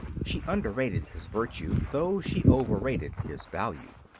she underrated his virtue, though she overrated his value.